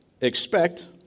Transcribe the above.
expect